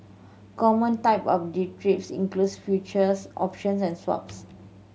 common type of derivatives includes futures options and swaps